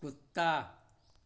कुत्ता